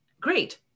great